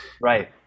Right